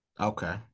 okay